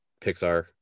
Pixar